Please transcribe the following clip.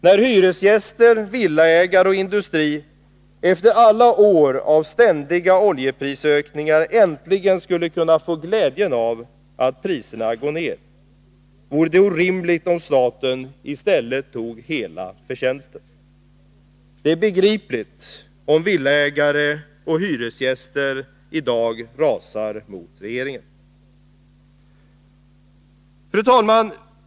När hyresgäster, villaägare och industri efter alla år av ständiga oljeprisökningar äntligen skulle kunna få glädje av att priserna går ner vore det orimligt om staten i stället tog hela förtjänsten. Det är begripligt om villaägare och hyresgäster i dag rasar mot regeringen. Fru talman!